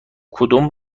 کدوم